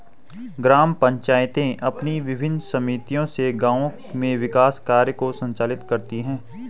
ग्राम पंचायतें अपनी विभिन्न समितियों से गाँव में विकास कार्यों को संचालित करती हैं